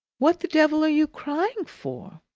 what the de-vil are you crying for?